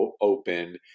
open